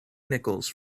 nichols